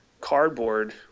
cardboard